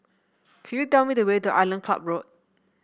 could you tell me the way to Island Club Road